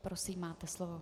Prosím, máte slovo.